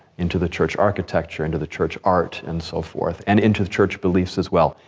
into the church architecture, into the church art, and so forth. and into the church beliefs as well.